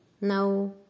Now